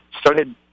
started